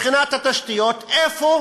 מבחינת התשתיות, איפה